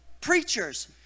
preachers